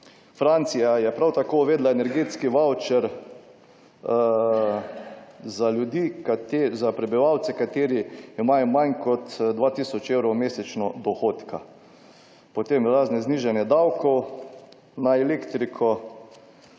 Francija je prav tako uvedla energetski vavčer za ljudi, za prebivalce, kateri imajo manj kot 2 tisoč evrov mesečno dohodka. Potem razna znižanje davkov na elektriko,